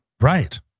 Right